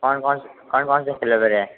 कौन कौन कौन कौन से फ़्लेवर हैं